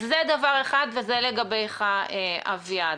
זה דבר אחד, וזה לגביך, אביעד.